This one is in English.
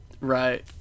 Right